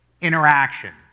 interaction